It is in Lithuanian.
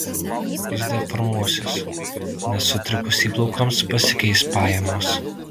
jis deformuosis nes sutrikus įplaukoms pasikeis pajamos